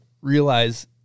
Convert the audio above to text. realize